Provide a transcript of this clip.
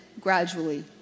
gradually